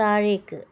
താഴേക്ക്